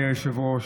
היושב-ראש.